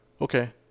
Okay